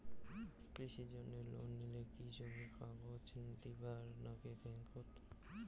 কৃষির জন্যে লোন নিলে কি জমির কাগজ দিবার নাগে ব্যাংক ওত?